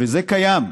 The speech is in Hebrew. וזה קיים: